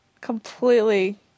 completely